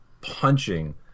punching